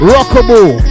Rockable